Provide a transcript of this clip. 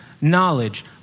knowledge